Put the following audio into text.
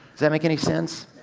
that make any sense?